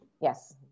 Yes